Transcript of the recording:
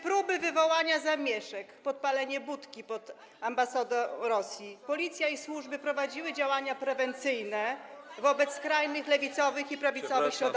próby wywołania zamieszek i podpalenia budki pod ambasadą Rosji policja i służby prowadziły działania prewencyjne wobec skrajnych lewicowych i prawicowych środowisk?